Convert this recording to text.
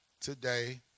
today